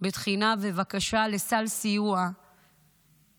בתחינה ובבקשה לסל סיוע מעמותות